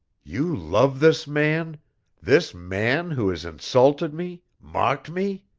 you love this man this man who has insulted me, mocked me!